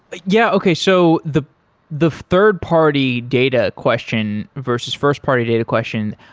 but yeah, okay so the the third party data question versus first party data question,